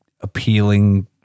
appealing